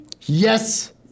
Yes